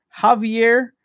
Javier